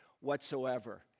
whatsoever